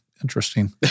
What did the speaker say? interesting